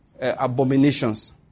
abominations